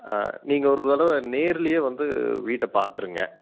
ஆ நீங்கள் ஒரு தடவை நேர்லயே வந்து வீட்டை பார்த்துருங்க